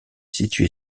situé